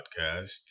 podcast